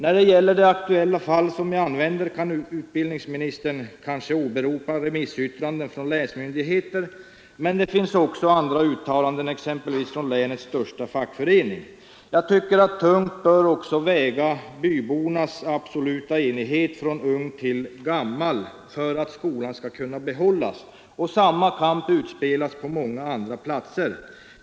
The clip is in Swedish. När det gäller det aktuella fallet kan utbildningsministern visserligen kanske åberopa remissyttranden från länsmyndigheter, men mot detta kan ställas andra uttalanden, exempelvis från bygdens största fackförening. Tungt bör också väga Markittabornas absoluta enighet — från ung till gammal — om att skolan skall kunna behållas. Samma kamp utspelas på många andra platser.